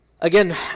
Again